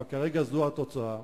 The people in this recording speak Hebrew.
אבל כרגע זו התוצאה,